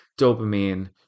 dopamine